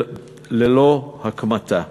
ללא הקמתה.